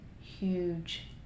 huge